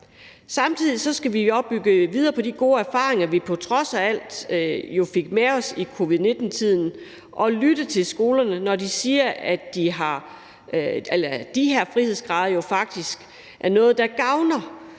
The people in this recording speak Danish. samtidig bygge videre på de gode erfaringer, som vi på trods af alt fik med os i covid-19-tiden, og lytte til skolerne, når de siger, at de frihedsgrader faktisk er noget, der gavner